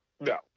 no